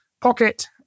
pocket